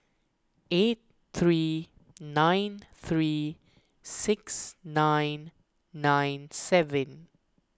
eight three nine three six nine nine seven